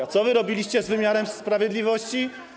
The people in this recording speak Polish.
A co wy robiliście z wymiarem sprawiedliwości?